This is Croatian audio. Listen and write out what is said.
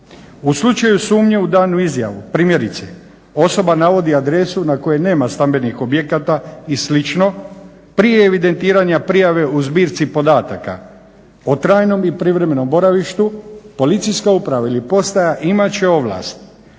U slučaju sumnje u danu izjavu primjerice osoba navodi adresu na kojoj nema stambenih objekata i slično prije evidentiranja prijave u zbirci podataka o trajnom i privremenom boravištu policijska uprava ili postaja imat će ovlast